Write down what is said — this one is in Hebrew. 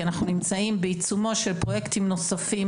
אנחנו נמצאים בעיצומם שלך פרויקטים נוספים,